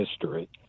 history